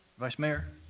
vice mayor.